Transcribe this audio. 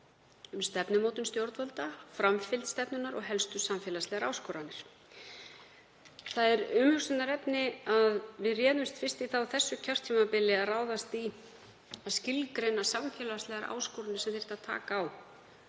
um stefnumótun stjórnvalda, framfylgd stefnunnar og helstu samfélagslegar áskoranir. Það er umhugsunarefni að við réðumst fyrst í það á þessu kjörtímabili að ráðast í að skilgreina samfélagslegar áskoranir sem taka þyrfti á